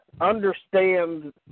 understand